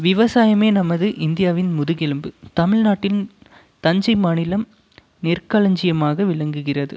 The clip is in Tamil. விவசாயமே நமது இந்தியாவின் முதுகெலும்பு தமிழ்நாட்டின் தஞ்சை மாநிலம் நெற்களஞ்சியமாக விளங்குகிறது